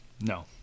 No